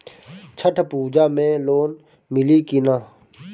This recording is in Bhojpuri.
छठ पूजा मे लोन मिली की ना?